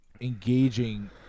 engaging